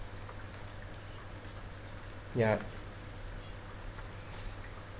ya